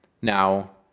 now,